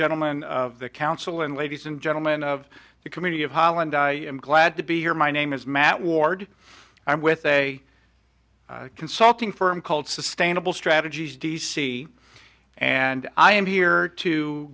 gentlemen of the council and ladies and gentlemen of the committee of holland i am glad to be here my name is matt ward i'm with a consulting firm called sustainable strategies d c and i am here to